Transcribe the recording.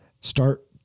Start